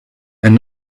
and